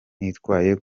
nitwaye